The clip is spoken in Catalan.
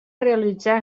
realitzar